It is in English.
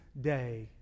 day